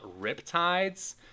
riptides